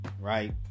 right